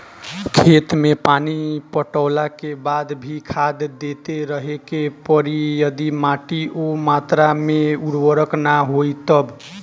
खेत मे पानी पटैला के बाद भी खाद देते रहे के पड़ी यदि माटी ओ मात्रा मे उर्वरक ना होई तब?